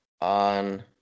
on